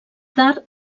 tard